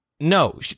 No